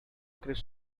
kris